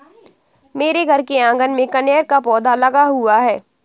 मेरे घर के आँगन में कनेर का पौधा लगा हुआ है